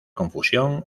confusión